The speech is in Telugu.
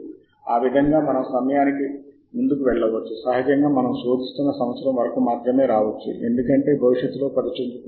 ఒకసారి పూర్తయింది అప్పుడు శోధన స్క్రీన్ తిరిగి వస్తుంది ఆపై ఎండ్ నోట్ పోర్టల్ లోని అంశాలను అన్వేషించడానికి మీరు సిద్ధంగా ఉన్నారు